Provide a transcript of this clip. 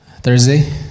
Thursday